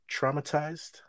traumatized